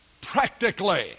practically